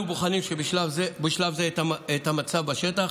אנחנו בוחנים בשלב זה את המצב בשטח,